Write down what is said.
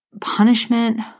punishment